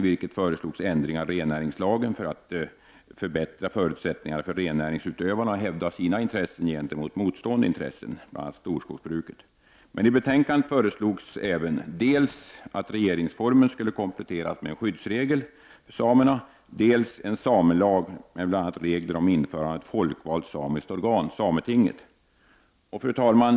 Däri föreslogs ändringar i rennäringslagen för att förbättra förutsättningarna för rennäringsutövarna att hävda sina intressen gentemot motstående intressen, bl.a. storskogsbruket. I betänkandet föreslogs även dels att regeringsformen skulle kompletteras med en skyddsregel för samerna, dels att det skulle stiftas en samelag med bl.a. regler om införande av ett folkvalt samiskt organ, sametinget. Fru talman!